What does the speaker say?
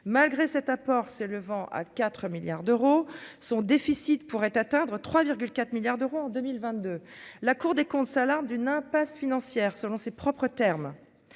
malgré cet apport s'élevant à 4 milliards d'euros, son déficit pourrait atteindre 3 4 milliards d'euros en 2022, la Cour des comptes s'alarme d'une impasse financière, selon ses propres termes,